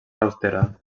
austera